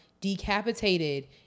Decapitated